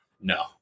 No